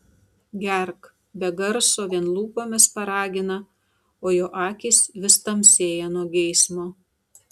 gerk be garso vien lūpomis paragina o jo akys vis tamsėja nuo geismo